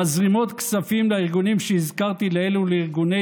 מזרימות כספים לארגונים שהזכרתי לעיל ולארגוני